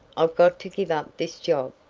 i've got to give up this job,